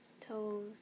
toes